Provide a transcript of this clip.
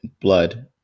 blood